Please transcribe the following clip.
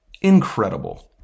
incredible